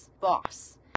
boss